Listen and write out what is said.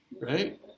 Right